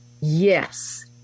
Yes